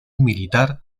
militar